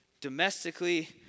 domestically